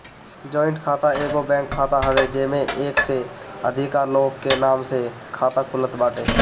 joint खाता एगो bank खाता हवे जेमे एक से अधिका लोग के नाम से खाता खुलत बाटे